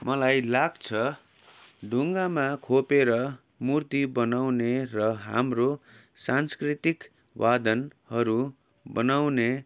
मलाई लाग्छ ढुङ्गामा खोपेर मूर्ति बनाउने र हाम्रो सांस्कृतिक वादनहरू बनाउने